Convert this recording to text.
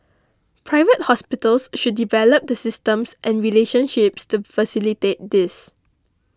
Private Hospitals should develop the systems and relationships to facilitate this